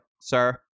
sir